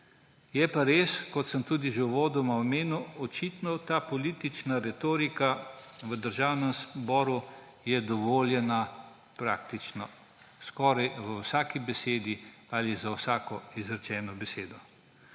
Je pa res, kot sem tudi že uvodoma omenil, očitno ta politična retorika v Državnem zboru dovoljena praktično skoraj v vsaki besedi ali za vsako izrečeno besedo.